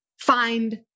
find